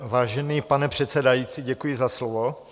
Vážená paní předsedající, děkuji za slovo.